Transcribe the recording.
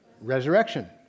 Resurrection